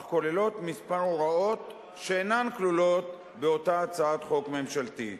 אך כוללת כמה הוראות שאינן כלולות באותה הצעת חוק ממשלתית.